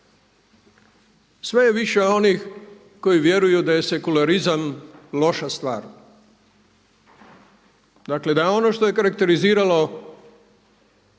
sve je više onih koji vjeruju da je sekularizam loša stvar, dakle da ono što je karakteriziralo